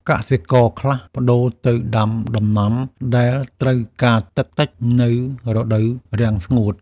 កសិករខ្លះប្តូរទៅដាំដំណាំដែលត្រូវការទឹកតិចនៅរដូវរាំងស្ងួត។